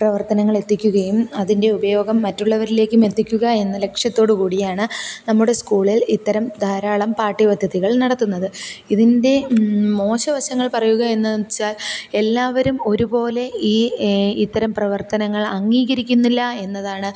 പ്രവർത്തനങ്ങളെത്തിക്കുകയും അതിൻ്റെ ഉപയോഗം മറ്റുള്ളവരിലേക്കും എത്തിക്കുകായെന്ന ലക്ഷ്യത്തോടു കൂടിയാണ് നമ്മുടെ സ്കൂളിൽ ഇത്തരം ധാരാളം പാഠ്യപദ്ധതികൾ നടത്തുന്നത് ഇതിൻ്റെ മോശവശങ്ങൾ പറയുകായന്നു വച്ചാൽ എല്ലാവരും ഒരുപോലെ ഈ ഇത്തരം പ്രവർത്തങ്ങൾ അംഗീകരിക്കുന്നില്ല എന്നതാണ്